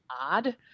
odd